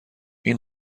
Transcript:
این